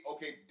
Okay